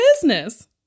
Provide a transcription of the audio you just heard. business